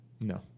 No